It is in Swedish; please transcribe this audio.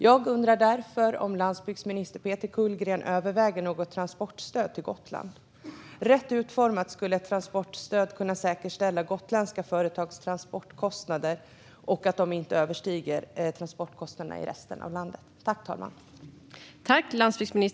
Jag undrar därför om landsbygdsminister Peter Kullgren överväger något transportstöd till Gotland. Rätt utformat skulle ett transportstöd kunna säkerställa gotländska företags transportkostnader och även att de inte överstiger transportkostnaderna i resten av landet.